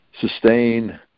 sustain